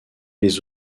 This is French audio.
les